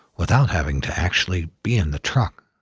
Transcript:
without having to actually be in the truck.